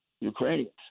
Ukrainians